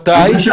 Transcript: מתי?